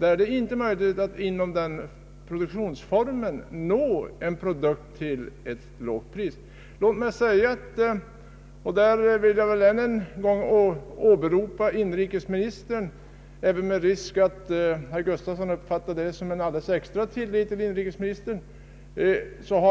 att det inte är möjligt att inom den produktionsformen nå en produktion till lågt pris. Jag vill ännu en gång åberopa inrikesministern, även med risk att herr Gustafsson uppfattar det som en allde les extra tillit till inrikesministern.